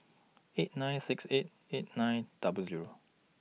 eight nine six eight eight nine double Zero